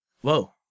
Whoa